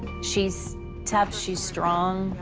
she's tough, she's strong.